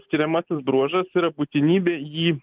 skiriamasis bruožas yra būtinybė jį